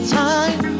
time